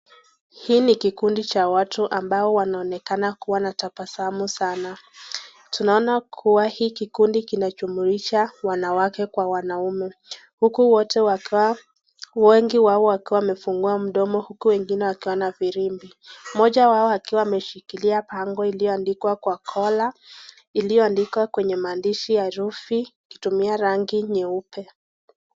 Hiki ni kikundi cha watu ambao wanaonekana kuwa na tabasamu sana. Tunaona kuwa hii kikundi kina jumulisha wanawake kwa wanaume huku wengi wao wakiwa wamefungua mdomo, huku wengine wakiwa na firimbi. Mmoja wao akiwa ameshikilia bango iliyo andikwa kwa kola, iliyoandikwa kwa maandishi ya herifi kutumia rangi nyeupe.